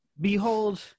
Behold